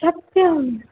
सत्यम्